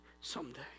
someday